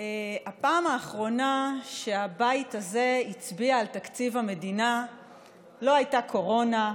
בפעם האחרונה שהבית הזה הצביע על תקציב המדינה לא הייתה קורונה.